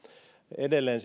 edelleen